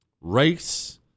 race